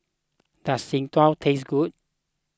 does Jian Dui taste good